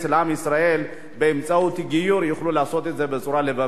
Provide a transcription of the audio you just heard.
ישראל באמצעות גיור יוכלו לעשות את זה בצורה לבבית,